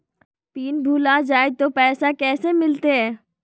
Pin भूला जाई तो पैसा कैसे मिलते?